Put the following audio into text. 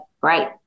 great